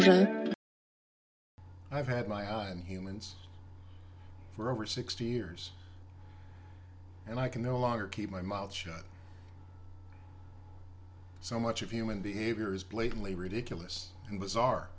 started i've had my eye and humans for over sixty years and i can no longer keep my mouth shut so much of human behavior is blatantly ridiculous and bizarre